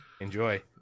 Enjoy